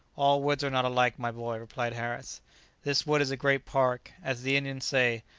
all woods are not alike, my boy, replied harris this wood is a great park. as the indians say,